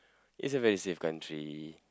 it's a very safe country